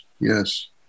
yes